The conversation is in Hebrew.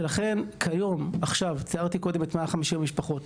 ולכן כיום, עכשיו תיארתי את 150 המשפחות.